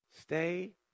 Stay